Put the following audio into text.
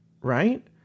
right